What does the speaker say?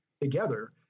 together